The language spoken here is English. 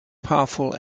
powerful